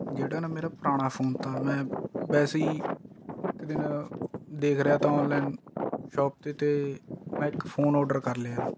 ਜਿਹੜਾ ਨਾ ਮੇਰਾ ਪੁਰਾਣਾ ਫੋਨ ਤਾ ਮੈਂ ਵੈਸੇ ਹੀ ਇੱਕ ਦਿਨ ਦੇਖ ਰਿਹਾ ਤਾ ਔਨਲਾਈਨ ਸ਼ੋਪ 'ਤੇ ਅਤੇ ਮੈਂ ਇੱਕ ਫੋਨ ਓਡਰ ਕਰ ਲਿਆ